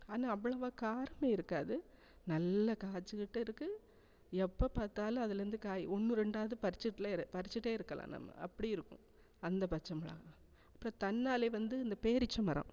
ஆனால் அவ்வளவாக காரிணி இருக்காது நல்ல காட்சிக்கிட்டே இருக்கு எப்போ பார்த்தாலும் அதுலருந்து காய் ஒன்று ரெண்டாவது பறிச்சிக்கிட்டு பரிச்சிகிட்டே இருக்கலாம் நம்ம அப்படியும் இருக்கும் அந்த பச்சை மிளகாய் இப்போ தன்னால் வந்து இந்த பேரிச்சம் மரம்